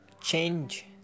change